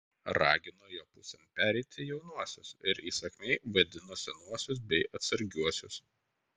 ragino jo pusėn pereiti jaunuosius ir įsakmiai vadino senuosius bei atsargiuosius